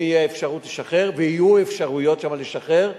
אם תהיה אפשרות לשחרר, ויהיו אפשרויות שם לשחרר,